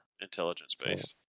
intelligence-based